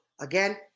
again